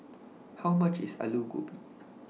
How much IS Aloo Gobi